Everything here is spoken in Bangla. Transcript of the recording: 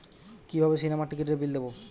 কিভাবে সিনেমার টিকিটের বিল দেবো?